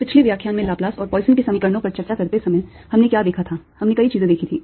पिछले व्याख्यान में लाप्लास और पॉइसन के समीकरणनों पर चर्चा करते समय हमने क्या देखा था हमने कई चीजें देखी थी